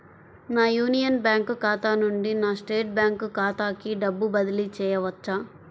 నా Union Bank ఖాతా నుండి నా స్టేట్ బ్యాంకు ఖాతాకి డబ్బు బదిలి చేయవచ్చా?